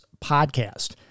podcast